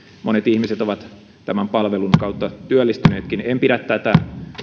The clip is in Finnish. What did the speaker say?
monet ihmiset ovat tämän palvelun kautta työllistyneetkin en pidä tätä